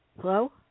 Hello